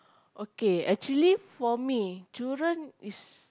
okay actually for me children is